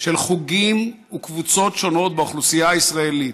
של חוגים שונים וקבוצות שונות באוכלוסייה הישראלית,